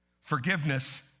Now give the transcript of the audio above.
Forgiveness